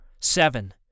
Seven